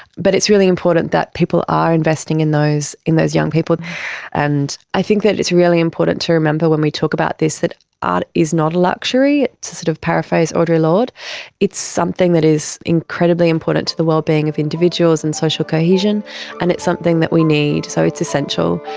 but it's really important that people are investing in those in those young people and i think that it's really important to remember when we talk about this, that ah art not a luxury to sort of paraphrase audre lorde it's something that is incredibly important to the wellbeing of individuals and social cohesion and it's something that we need, so it's an essential,